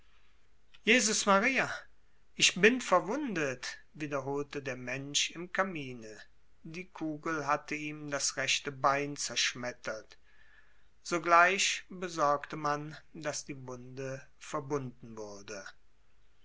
jesus maria ich bin verwundet wiederholte der mensch im kamine die kugel hatte ihm das rechte bein zerschmettert sogleich besorgte man daß die wunde verbunden wurde